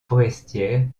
forestières